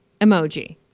emoji